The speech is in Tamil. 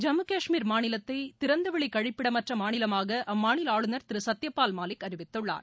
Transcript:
ஜம்மு கஷ்மீர் மாநிலத்தை திறந்தவெளி கழிப்பிடமற்ற மாநிலமாக அம்மாநில ஆளுநர் திரு சத்யபால் மாலிக் அறிவித்துள்ளார்